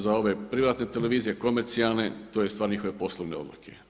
Za ove privatne televizije, komercijalne, to je stvar njihove poslovne odluke.